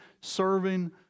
serving